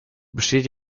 besteht